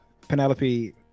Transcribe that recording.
Penelope